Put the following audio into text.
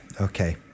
Okay